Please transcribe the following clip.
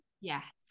Yes